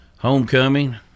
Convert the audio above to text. Homecoming